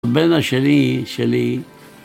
הבן השני שלי